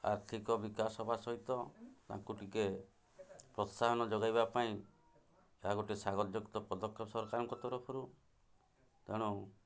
ଆର୍ଥିକ ବିକାଶ ହେବା ସହିତ ତାଙ୍କୁ ଟିକେ ପ୍ରୋତ୍ସାହନ ଯୋଗାଇବା ପାଇଁ ଏହା ଗୋଟେ ସାଗରଯୁକ୍ତ ପଦକ୍ଷେପ ସରକାରଙ୍କ ତରଫରୁ ତେଣୁ